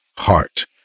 heart